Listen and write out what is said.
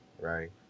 right